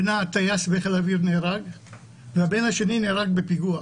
בנה טייס בחיל האוויר נהרג והבן השני נהרג בפיגוע,